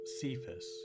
Cephas